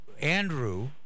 Andrew